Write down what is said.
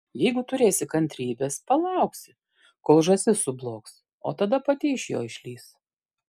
jeigu turėsi kantrybės palauksi kol žąsis sublogs o tada pati iš jo išlįs